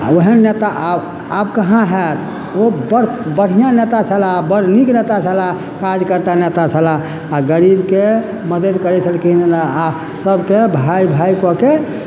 आ ओहेन नेता आब आब कहाँ होयत ओ बड़ बढ़िऑं नेता छलाह बड़ नीक नेता छलाह काज करता नेता छलाह आ गरीबके मदद करै छलखिन आ सबके भाइ भाइ कऽ के